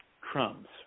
crumbs